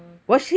uh